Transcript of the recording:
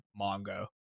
mongo